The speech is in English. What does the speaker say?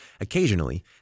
Occasionally